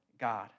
God